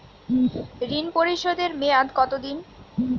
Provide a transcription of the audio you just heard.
ঋণ পরিশোধের মেয়াদ কত দিন?